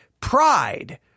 Pride